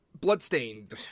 Bloodstained